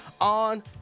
on